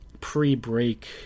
pre-break